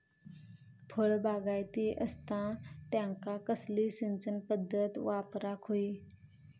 फळबागायती असता त्यांका कसली सिंचन पदधत वापराक होई?